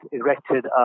erected